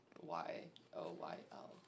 Y-O-Y-L